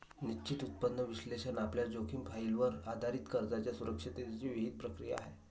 निश्चित उत्पन्न विश्लेषण आपल्या जोखीम प्रोफाइलवर आधारित कर्जाच्या सुरक्षिततेची विहित प्रक्रिया आहे